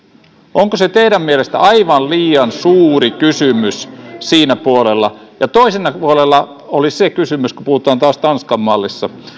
onko se teidän mielestänne aivan liian suuri kysymys sillä puolella toisella puolella olisi se kysymys kun puhutaan taas tanskan mallista että